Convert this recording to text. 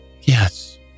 Yes